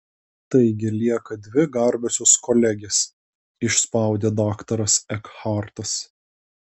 taigi lieka dvi garbiosios kolegės išspaudė daktaras ekhartas